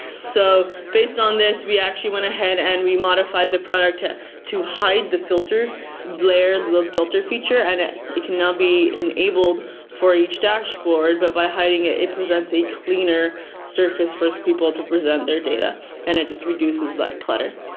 so based on this, we actually went ahead and we modified the product to to hide the filter layer, and the filter feature and it it can now be enabled for each dashboard, but by hiding it, it present a cleaner surface for people to present their data and it just reduces that clutter.